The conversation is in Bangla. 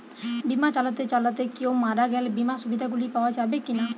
বিমা চালাতে চালাতে কেও মারা গেলে বিমার সুবিধা গুলি পাওয়া যাবে কি না?